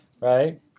right